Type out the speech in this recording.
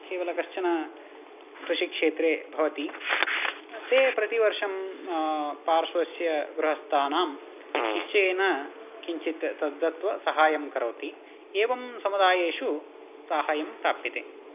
केवल कश्चन कृषिक्षेत्रे भवति ते प्रतिवर्षं पार्श्वस्य गृहस्थानां निश्चयेन किञ्चित् तद् दत्वा सहायं करोति एवं समुदायेषु साहाय्यं प्राप्यते